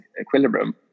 equilibrium